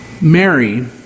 Mary